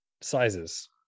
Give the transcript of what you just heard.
sizes